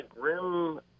grim